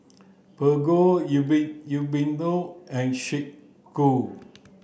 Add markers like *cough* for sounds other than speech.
Prego *unintelligible* and Snek Ku